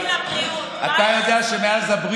פינדרוס, תעבור